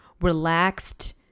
relaxed